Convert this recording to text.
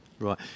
Right